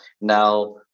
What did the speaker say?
Now